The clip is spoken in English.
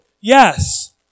Yes